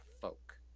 folk